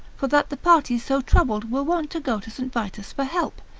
for that the parties so troubled were wont to go to st. vitus for help,